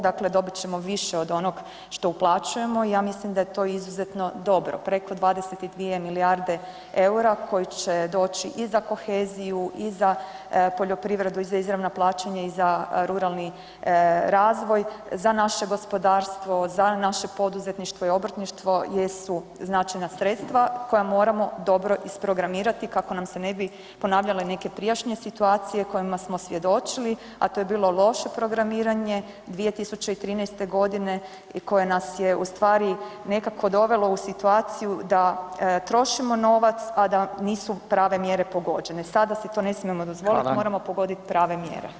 Dakle dobit ćemo više od onog što uplaćujemo, ja mislim da je to izuzetno dobro, preko 22 milijarde EUR-a koji će doći i za koheziju i za poljoprivredu i za izravna plaćanja i za ruralni razvoj, za naše gospodarstvo, za naše poduzetništvo i obrtništvo jesu značajna sredstva koja moramo dobro isprogramirati kako nam se ne bi ponavljale neke prijašnje situacije kojima smo svjedočili, a to je bilo loše programiranje 2013.g. i koje nas je u stvari nekako dovelo u situaciju da trošimo novac, a da nisu prave mjere pogođene, sada si to ne smijemo dozvolit [[Upadica: Hvala]] moramo pogodit prave mjere.